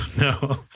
no